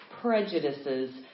prejudices